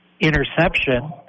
interception